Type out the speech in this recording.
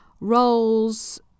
roles